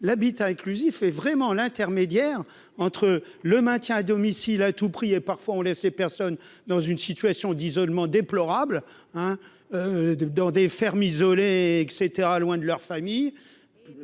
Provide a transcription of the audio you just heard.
l'habitat inclusif et vraiment l'intermédiaire entre le maintien à domicile à tout prix et, parfois, on laisse les personnes dans une situation d'isolement déplorable, hein, dans des fermes isolées, et cetera, loin de leur famille